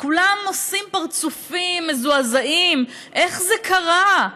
כולם עושים פרצופים מזועזעים: איך זה קרה?